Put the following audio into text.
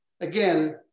again